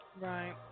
Right